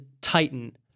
Titan